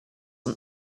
and